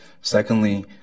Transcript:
Secondly